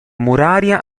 muraria